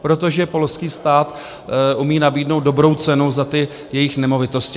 Protože polský stát umí nabídnout dobrou cenu za ty jejich nemovitosti.